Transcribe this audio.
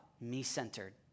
me-centered